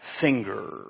finger